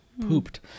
pooped